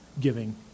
giving